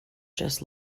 just